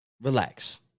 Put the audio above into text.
Relax